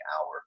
hour